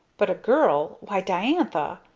but a girl why, diantha!